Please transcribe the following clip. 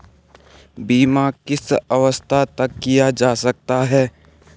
बीमा किस अवस्था तक किया जा सकता है?